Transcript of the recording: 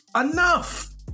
enough